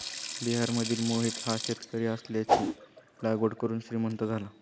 बिहारमधील मोहित हा शेतकरी आल्याची लागवड करून श्रीमंत झाला